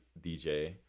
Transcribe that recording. dj